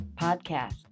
podcast